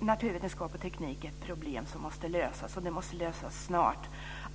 naturvetenskap och teknik är ett problem som måste lösas, och det måste lösas snart.